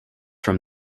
from